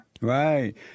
Right